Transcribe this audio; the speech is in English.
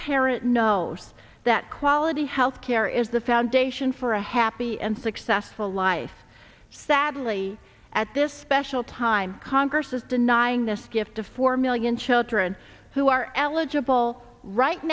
parent knows that quality health care is the foundation for a happy and successful life sadly at this special time congress is denying this gift to four million children who are eligible right